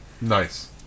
Nice